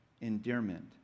endearment